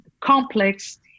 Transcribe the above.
complex